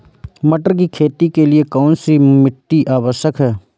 मटर की खेती के लिए कौन सी मिट्टी आवश्यक है?